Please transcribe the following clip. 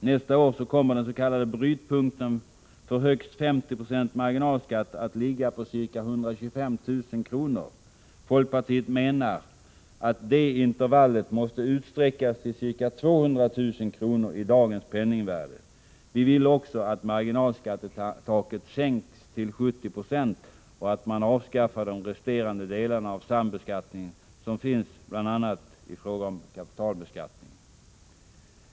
Nästa år kommer den s.k. brytpunkten för högst 5096 marginalskatt att ligga på ca 125 000 kr. Folkpartiet menar att det intervallet måste utsträckas till ca 200 000 kr. i dagens penningvärde. Vi vill också att marginalskattetaket sänks till 70 9o och att man avskaffar de resterande delarna av sambeskattning, som finns bl.a. i fråga om kapitalbeskattningen.